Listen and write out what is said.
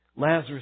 Lazarus